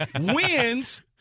wins